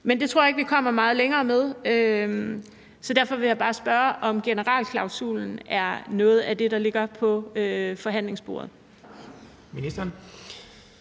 Men det tror jeg ikke vi kommer meget længere med, så derfor vil jeg bare spørge, om generalklausulen er noget af det, der ligger på forhandlingsbordet.